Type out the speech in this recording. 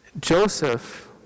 Joseph